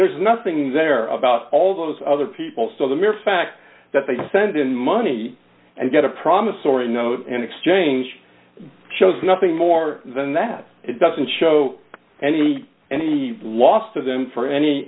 there's nothing there about all those other people so the mere fact that they send in money and get a promissory note and exchange shows nothing more than that it doesn't show any any loss to them for any